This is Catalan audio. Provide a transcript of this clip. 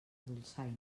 dolçaina